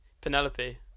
Penelope